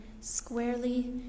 squarely